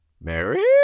Mary